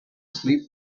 sleep